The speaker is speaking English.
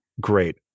Great